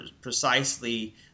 precisely—